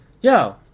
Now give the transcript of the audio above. Yo